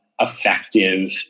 effective